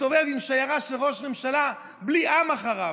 מסתובב עם שיירה של ראש ממשלה בלי עם אחריו.